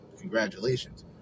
congratulations